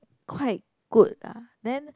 quite good ah then